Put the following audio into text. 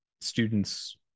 students